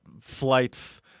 flights –